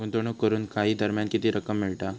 गुंतवणूक करून काही दरम्यान किती रक्कम मिळता?